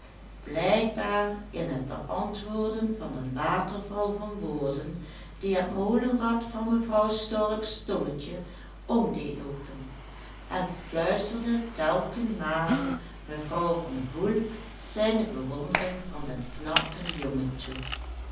blijkbaar in het beantwoorden van den waterval van woorden die het molenrad van mevrouw storks tongetje om deed loopen en fluisterde telkenmale mevrouw van hoel zijne bewondering van den knappen jongen toe